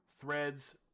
threads